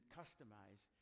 customize